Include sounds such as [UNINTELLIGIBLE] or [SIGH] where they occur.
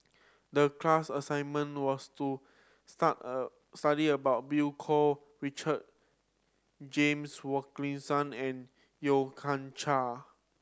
the class assignment was to [UNINTELLIGIBLE] study about Billy Koh Richard James Wilkinson and Yeo Kian Chai